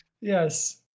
Yes